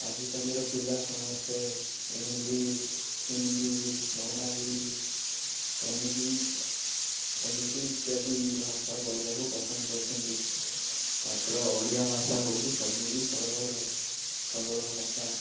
ଆଜିକାଲିର ପିଲା ସମସ୍ତେ ଇଂଲିଶ ହିନ୍ଦୀ ବଙ୍ଗାଳୀ ଏମିତି ଏମିତି ଇତ୍ୟାଦି ଭାଷା କହିବାକୁ ପସନ୍ଦ କରୁଛନ୍ତି ମାତ୍ର ଓଡ଼ିଆ ଭାଷା ହଉଛି ସବୁଠୁ ସରଳ ସରଳ ଭାଷା